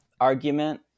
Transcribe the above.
argument